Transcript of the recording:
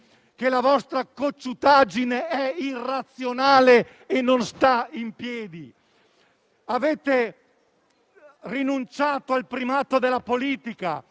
che la vostra cocciutaggine è irrazionale e non sta in piedi? Avete rinunciato al primato della politica,